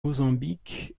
mozambique